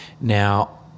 Now